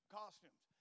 costumes